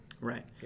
Right